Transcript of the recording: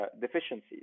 deficiencies